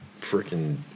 freaking